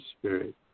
spirit